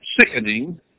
sickening